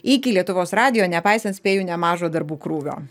iki lietuvos radijo nepaisant spėju nemažo darbų krūvio